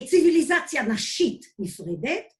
ציוויליזציה נשית מופרדת